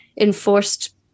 enforced